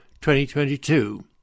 2022